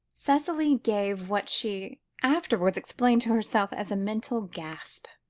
cicely gave what she afterwards explained to herself as a mental gasp,